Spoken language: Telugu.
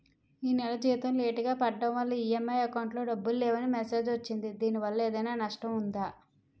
ఈ నెల జీతం లేటుగా పడటం వల్ల ఇ.ఎం.ఐ అకౌంట్ లో డబ్బులు లేవని మెసేజ్ వచ్చిందిదీనివల్ల ఏదైనా నష్టం ఉందా?